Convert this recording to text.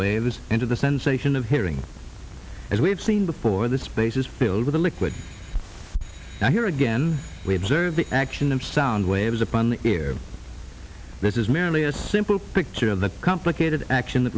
waves into the sensation of hearing as we've seen before the space is filled with a liquid now here again we observe the action of sound waves upon the ear this is merely a simple picture of the complicated action th